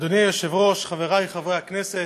אדוני היושב-ראש, חברי חברי הכנסת,